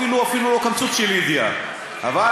בכלל